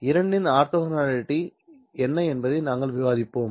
இரண்டின் ஆர்த்தோகனாலிட்டி என்ன என்பதை நாங்கள் விவாதிப்போம்